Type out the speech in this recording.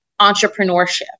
entrepreneurship